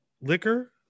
liquor